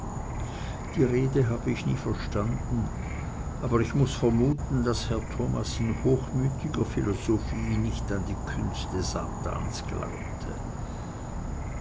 diese rede habe ich nie verstanden aber ich muß vermuten daß herr thomas in hochmütiger philosophie nicht an die künste satans glaubte